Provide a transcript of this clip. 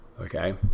Okay